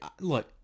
look